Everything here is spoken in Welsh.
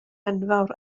enfawr